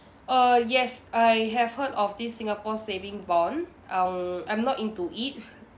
err yes I have heard of this singapore saving bond um I'm not into it